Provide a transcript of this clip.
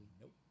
Nope